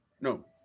No